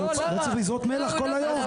לא צריך לזרוק מלח כל היום,